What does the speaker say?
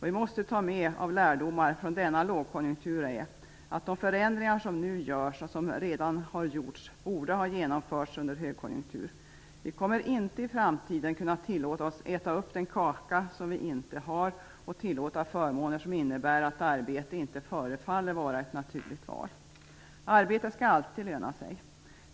Vi måste ta med oss en lärdom från lågkonjunkturen -- de förändringar som nu görs och som redan har gjorts borde ha genomförts under en högkonjunktur. I framtiden kommer vi inte att kunna tillåta oss att äta upp den kaka som vi inte har. Vi kommer inte att kunna tillåta förmåner som innebär att arbete inte förefaller vara ett naturligt val. Arbete skall alltid löna sig.